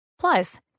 Plus